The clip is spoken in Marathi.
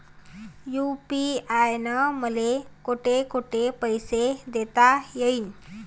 यू.पी.आय न मले कोठ कोठ पैसे देता येईन?